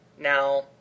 Now